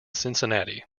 cincinnati